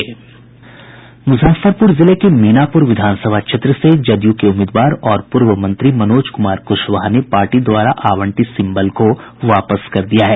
मुजफ्फरपुर जिले के मीनापुर विधानसभा क्षेत्र से जदयू के उम्मीदवार और पूर्व मंत्री मनोज कुमार कुशवाहा ने पार्टी द्वारा आवंटित सिम्बल को वापस कर दिया है